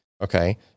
Okay